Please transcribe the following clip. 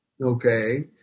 okay